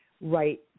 right